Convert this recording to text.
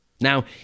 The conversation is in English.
Now